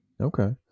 Okay